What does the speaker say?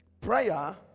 prayer